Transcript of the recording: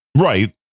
Right